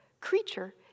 Creature